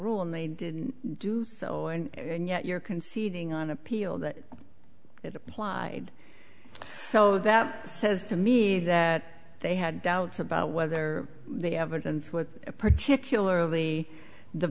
rule and they do so and yet you're conceding on appeal that it applied so that says to me that they had doubts about whether the evidence was particularly the